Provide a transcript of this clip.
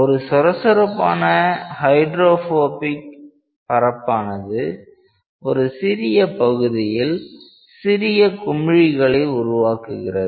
ஒரு சொரசொரப்பான ஹைட்ரோபோபிக் பரப்பானது ஒரு சிறிய பகுதியில் சிறிய குமிழிகளை உருவாக்குகிறது